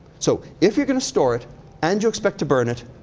so, if you're gonna store it and you expect to burn it,